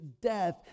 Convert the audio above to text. death